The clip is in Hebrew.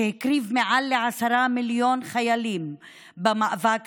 שהקריב מעל עשרה מיליון חיילים במאבק